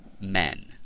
men